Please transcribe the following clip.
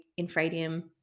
infradium